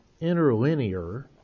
interlinear